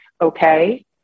okay